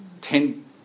Ten